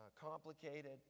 complicated